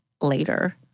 later